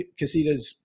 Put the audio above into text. casitas